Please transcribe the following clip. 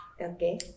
Okay